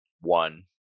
one